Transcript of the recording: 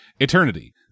Eternity